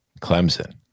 Clemson